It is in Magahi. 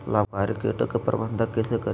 लाभकारी कीटों के प्रबंधन कैसे करीये?